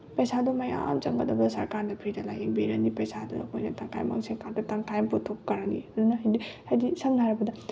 ꯄꯩꯁꯥꯗꯣ ꯃꯌꯥꯝ ꯆꯪꯒꯗꯕꯗꯣ ꯁꯔꯀꯥꯔꯅ ꯐ꯭ꯔꯤꯗ ꯂꯥꯏꯌꯦꯡꯕꯤꯔꯅꯤ ꯄꯩꯁꯥꯗꯣ ꯑꯩꯈꯣꯏꯅ ꯇꯪꯈꯥꯏꯃꯨꯛ ꯁꯤꯡ ꯀꯥꯟꯗ ꯇꯪꯈꯥꯏ ꯑꯃ ꯄꯨꯊꯣꯛꯈ꯭ꯔꯅꯤ ꯑꯗꯨꯅ ꯍꯥꯏꯗꯤ ꯍꯥꯏꯗꯤ ꯁꯝꯅ ꯍꯥꯏꯔꯕꯗ